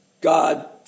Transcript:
God